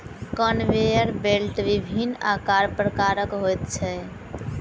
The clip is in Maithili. कन्वेयर बेल्ट विभिन्न आकार प्रकारक होइत छै